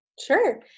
sure